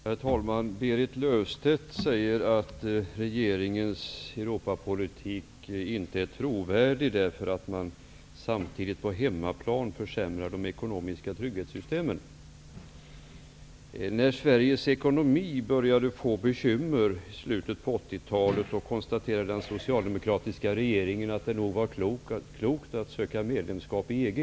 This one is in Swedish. Herr talman! Berit Löfstedt säger att regeringens Europapolitik inte är trovärdig därför att man på hemmaplan samtidigt försämrar de ekonomiska trygghetssystemen. När Sveriges ekonomi började bli bekymmersam i slutet av 80-talet konstaterade den socialdemokratiska regeringen att det nog var klokt att söka medlemskap i EG.